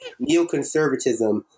neoconservatism